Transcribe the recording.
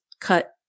cut